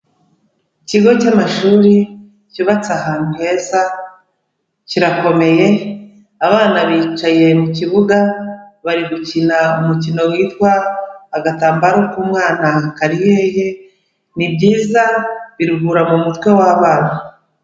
Ikigo cy'amashuri cyubatse ahantu heza, kirakomeye abana bicaye mu kibuga bari gukina umukino witwa agatambaro k'umwana kari hehe, ni byiza biruhura mu mutwe w'abana.